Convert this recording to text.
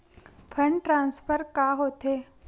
Fund transfer का होथे?